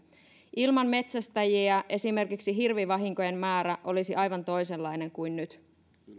ilman metsästäjiä esimerkiksi hirvivahinkojen määrä olisi aivan toisenlainen kuin nyt